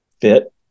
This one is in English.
fit